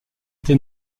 été